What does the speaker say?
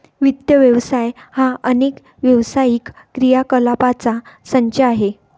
वित्त व्यवसाय हा अनेक व्यावसायिक क्रियाकलापांचा संच आहे